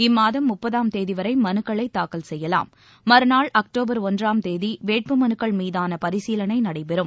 இம்மாதம் முப்பதாம் தேதிவரை மனுக்களை தாக்கல் செய்யலாம் மறுநாள் அக்டோபர் ஒன்றாம் தேதி வேட்பு மனுக்கள் மீதான பரிசீலனை நடைபெறும்